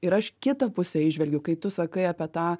ir aš kitą pusę įžvelgiu kai tu sakai apie tą